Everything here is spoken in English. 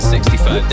65